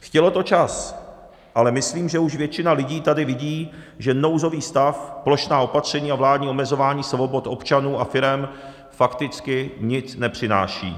Chtělo to čas, ale myslím, že už většina lidí tady vidí, že nouzový stav, plošná opatření a vládní omezování svobod občanů a firem fakticky nic nepřináší.